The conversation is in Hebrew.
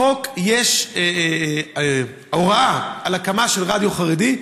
בחוק יש הוראה על הקמה של רדיו חרדי.